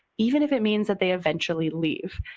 even if it means that they eventually leave.